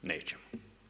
Nećemo.